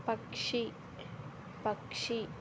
పక్షి పక్షి